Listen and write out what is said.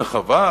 זה חבל,